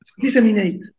Disseminate